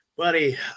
Buddy